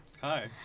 Hi